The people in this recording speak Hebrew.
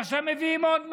ועכשיו מביאים עוד מס.